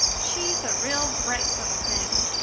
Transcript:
she's a real bright little thing.